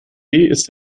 ist